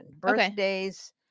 Birthdays